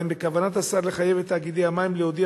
האם בכוונת השר לחייב את תאגידי המים להודיע